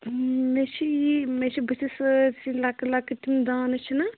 مےٚ چھِ یی مےٚ چھِ بٕتھِس سٲرۍسٕے لۄکٕٹۍ لۄکٕٹۍ تِم دانہٕ چھِنہ